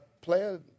player